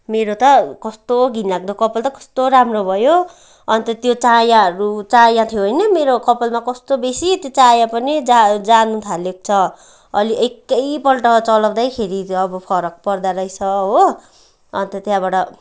मेरो त कस्तो घिनलाग्दो कपाल त कस्तो राम्रो भयो अन्त त्यो चायाहरू चाया थियो होइन मेरो कपालमा कस्तो बेसी त्यो चाया पनि जा जानु थालेको छ अहिले एकैपल्ट चलाउँदैखेरि अब फरक पर्दोरहेछ हो अन्त त्यहाँबाट